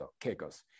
Caicos